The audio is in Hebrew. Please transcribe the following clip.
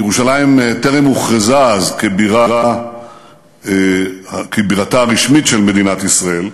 ירושלים טרם הוכרזה אז כבירתה הרשמית של מדינת ישראל,